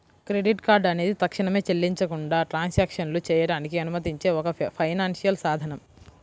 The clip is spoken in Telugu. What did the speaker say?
క్రెడిట్ కార్డ్ అనేది తక్షణమే చెల్లించకుండా ట్రాన్సాక్షన్లు చేయడానికి అనుమతించే ఒక ఫైనాన్షియల్ సాధనం